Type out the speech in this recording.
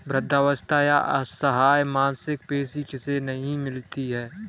वृद्धावस्था या असहाय मासिक पेंशन किसे नहीं मिलती है?